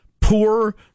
poor